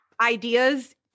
ideas